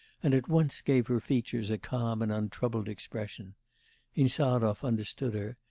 and at once gave her features a calm and untroubled expression insarov understood her,